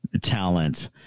talent